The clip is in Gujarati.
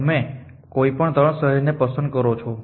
તમે કોઈપણ ૩ શહેરો ને પસંદ કરો છો